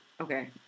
okay